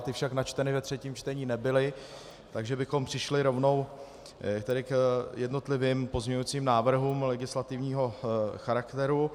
Ty však načteny ve třetím čtení nebyly, takže bychom přešli rovnou k jednotlivým pozměňujícím návrhům legislativního charakteru.